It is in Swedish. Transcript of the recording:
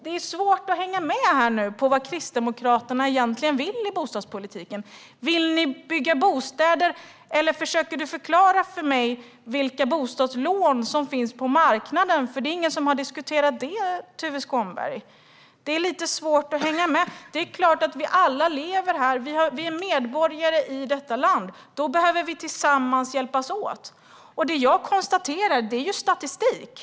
Det är svårt att hänga med i vad Kristdemokraterna egentligen vill i bostadspolitiken. Vill ni bygga bostäder? Eller försöker du förklara för mig, Tuve Skånberg, vilka bostadslån som finns på marknaden? Det är ingen som har diskuterat det. Det är lite svårt att hänga med. Det är klart att vi alla lever här. Vi är medborgare i detta land. Då behöver vi tillsammans hjälpas åt. Det som jag konstaterar handlar om statistik.